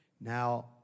now